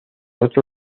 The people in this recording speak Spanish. otro